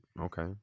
Okay